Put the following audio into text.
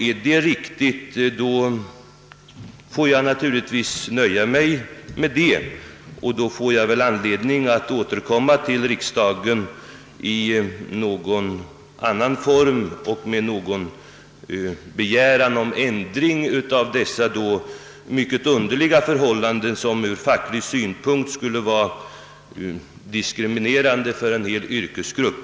Är det riktigt, får jag naturligtvis nu nöja mig med beskedet. Det blir väl anledning för mig att i någon form återkomma till riksdagen med begäran om ändring av dessa mycket underliga förhållanden, som ur facklig synpunkt skulle vara diskriminerande för en hel yrkesgrupp.